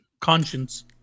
Conscience